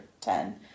ten